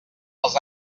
els